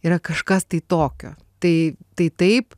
yra kažkas tai tokio tai tai taip